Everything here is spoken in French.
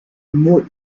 mot